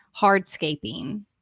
hardscaping